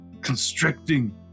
constricting